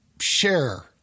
share